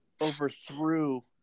overthrew